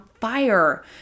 fire